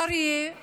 (אומרת בערבית: